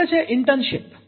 પછી આવે છે ઇન્ટર્નશીપ